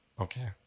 Okay